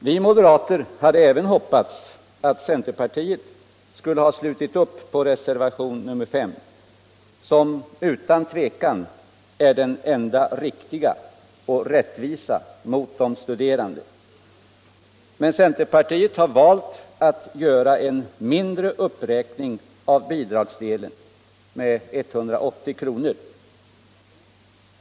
Vi moderater hade även hoppats att centerpartiet skulle ha slutit upp bakom reservationen 5, som utan tvivel är den enda riktiga och rättvisa mot de studerande. Men centerpartiet har valt att göra en mindre uppräkning av bidragsdelen, med 180 kr.